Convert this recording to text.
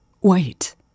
Wait